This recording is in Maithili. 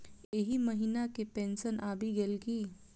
एहि महीना केँ पेंशन आबि गेल की